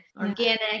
organic